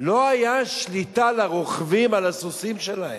לא היתה שליטה לרוכבים על הסוסים שלהם.